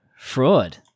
Fraud